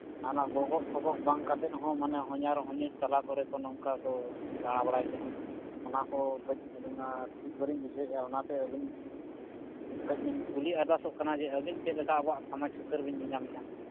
ᱚᱱᱟ ᱜᱚᱜᱚᱜᱼᱯᱷᱚᱜᱚᱜ ᱵᱟᱝ ᱠᱟᱛᱮᱫᱦᱚᱸ ᱢᱟᱱᱮ ᱦᱚᱸᱧᱦᱟᱨᱼᱦᱚᱸᱧᱟᱹᱨ ᱛᱟᱞᱟ ᱠᱚᱨᱮᱠᱚ ᱱᱚᱝᱠᱟᱠᱚ ᱫᱟᱬᱟᱵᱟᱲᱟᱭ ᱠᱟᱱᱟ ᱚᱱᱟᱠᱚ ᱠᱟᱹᱡ ᱟᱹᱞᱤᱧ ᱢᱟ ᱴᱷᱤᱠ ᱵᱟᱹᱞᱤᱧ ᱵᱩᱡᱷᱟᱹᱣᱮᱫᱼᱟ ᱚᱱᱟᱛᱮ ᱟᱹᱵᱤᱱ ᱠᱟᱹᱡᱞᱤᱧ ᱠᱩᱞᱤ ᱟᱨᱫᱟᱥᱚᱜ ᱠᱟᱱᱟ ᱡᱮ ᱟᱹᱵᱤᱱ ᱪᱮᱫᱞᱮᱠᱟ ᱟᱵᱚᱣᱟᱜ ᱥᱚᱢᱟᱡᱽ ᱥᱩᱥᱟᱹᱨᱵᱤᱱ ᱧᱮᱞᱧᱟᱢᱮᱫᱼᱟ